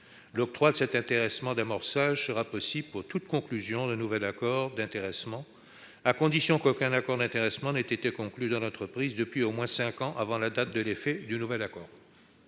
L'octroi de cet intéressement d'amorçage sera possible pour toute conclusion d'un nouvel accord d'intéressement, à condition qu'aucun accord d'intéressement n'ait été conclu dans l'entreprise depuis au moins cinq ans avant la date d'effet du nouvel accord.